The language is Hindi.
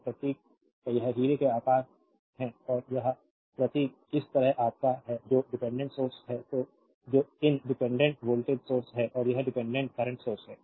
तो प्रतीक है यह हीरे का आकार है और यह प्रतीक इस तरह आपका है जो डिपेंडेंट सोर्स हैं जो इन डिपेंडेंट वोल्टेज सोर्स हैं और यह डिपेंडेंट करंट सोर्स है